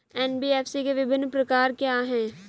NBFC के विभिन्न प्रकार क्या हैं?